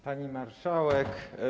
Pani Marszałek!